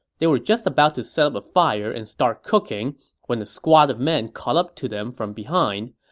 they were just about to set up a fire and start cooking when a squad of men caught up to them from behind.